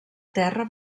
terra